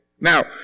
Now